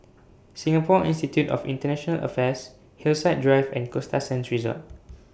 Singapore Institute of International Affairs Hillside Drive and Costa Sands Resort